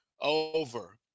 over